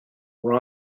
were